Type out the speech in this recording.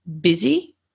busy